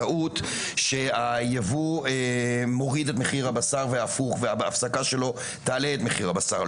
טעות שהיבוא מוריד את מחיר הבשר והפוך וההפסקה שלו תעלה את מחיר הבשר.